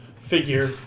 figure